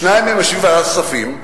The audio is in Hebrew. שניים מהם יושבים בוועדת הכספים,